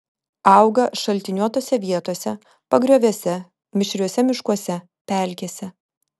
auga šaltiniuotose vietose pagrioviuose mišriuose miškuose pelkėse